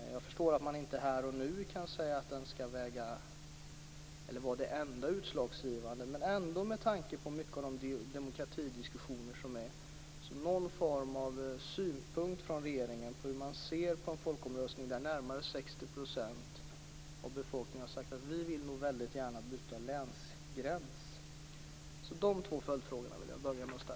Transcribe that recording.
Jag förstår att man inte här och nu kan säga om folkomröstningen skall vara det enda utslagsgivande. Med tanke på de demokratidiskussioner som förs vore det dock bra med någon form av synpunkt från regeringen på en folkomröstning där närmare 60 % av befolkningen har sagt att den gärna vill flytta länsgränsen.